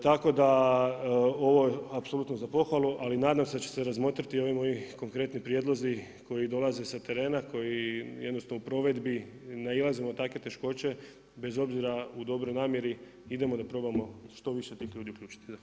Tako da ovo je apsolutno za pohvalu ali nadam se da će se razmotriti i ovi moji konkretni prijedlozi koji dolaze s terena, koji jednostavno u provedbi nailazimo na takve teškoće bez obzira u dobroj namjeri idemo da probamo što više tih ljudi uključiti.